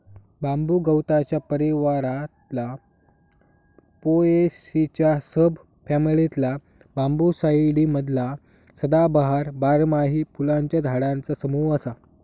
बांबू गवताच्या परिवारातला पोएसीच्या सब फॅमिलीतला बांबूसाईडी मधला सदाबहार, बारमाही फुलांच्या झाडांचा समूह असा